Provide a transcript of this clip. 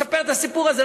מספר את הסיפור הזה,